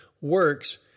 works